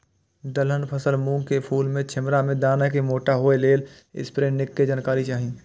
दलहन फसल मूँग के फुल में छिमरा में दाना के मोटा होय लेल स्प्रै निक के जानकारी चाही?